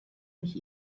mich